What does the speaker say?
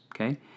Okay